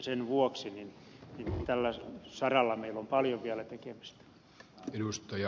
sen vuoksi tällä saralla meillä on paljon vielä tekemistä